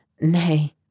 nay